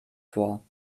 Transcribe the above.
vor